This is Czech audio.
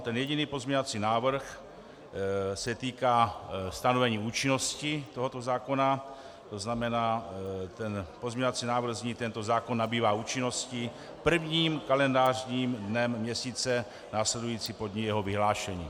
Ten jediný pozměňovací návrh se týká stanovení účinnosti tohoto zákona, tzn. ten pozměňovací návrh zní: Tento zákon nabývá účinnosti prvním kalendářním dnem měsíce následující po dni jeho vyhlášení.